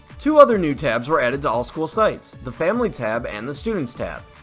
two other new tabs were added to all school sites the family tab and the students tab.